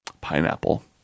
pineapple